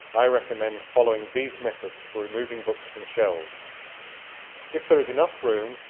i recommend following these methods for removing books from shelves if there is enough room,